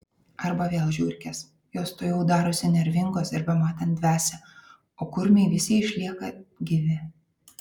arba vėl žiurkės jos tuojau darosi nervingos ir bematant dvesia o kurmiai visi išlieka gyvi